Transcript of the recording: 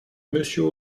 monsieur